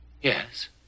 Yes